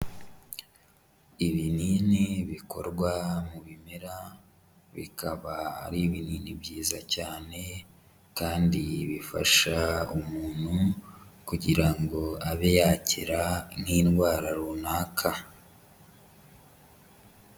Ibinini bikorwa mu bimera, bikaba ari binini byiza cyane kandi bifasha umuntu kugira ngo abe yakira nk'indwara runaka.